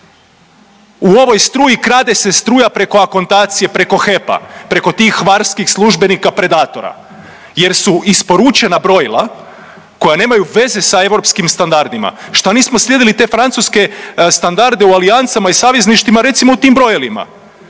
U ovoj struju krade se struja preko akontacije, preko HEP-a, preko tih hvarskih službenika predatora jer su isporučena brojila koja nemaju veze sa europskim standardima. Šta nismo slijedili te francuske standarde u alijansama i savezništvima, recimo u tim brojilima